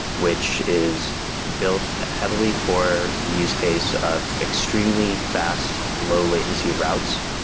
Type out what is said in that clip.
which is built heavily for the use case of extremely fast low-latency routes,